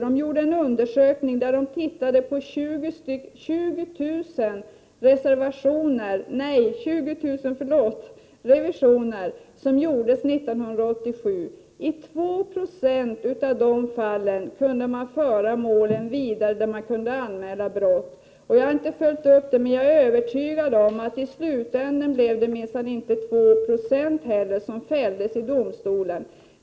De hade en undersökning där de tittade på 20 000 revisioner som gjordes 1987. I 2 20 av de fallen kunde man föra målen vidare och kunde anmäla brott. Jag har inte följt upp detta, men jag är övertygad om att i slutänden blev det inte 2 20 som fälldes i domstolen.